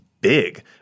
Big